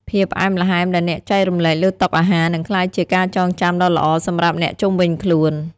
ភាពផ្អែមល្ហែមដែលអ្នកចែករំលែកលើតុអាហារ នឹងក្លាយជាការចងចាំដ៏ល្អសម្រាប់អ្នកជុំវិញខ្លួន។